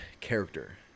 character